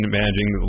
managing